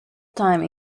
time